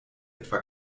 etwa